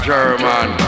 German